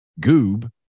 goob